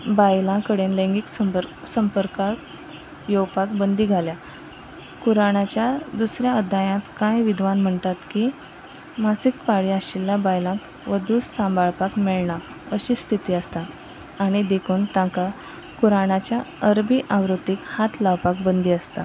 बायलां कडेन लैंगीक संपर्क संपर्कांत येवपाक बंदी घाल्या कुराणाच्या दुसऱ्या अध्यायांत कांय विद्वान म्हणटात की मासीक पाळी आशिल्ल्या बायलांक वदू सांबाळपाक मेळना अशी स्थिती आसता आनी देखून तांकां कुराणाच्या अर्बी आवृत्तीक हात लावपाक बंदी आसता